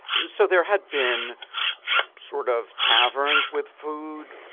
so there had been sort of taverns with food,